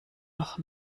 noch